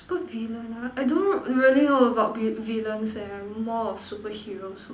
super villain ah I don't really know about vi~ villains eh more of superheroes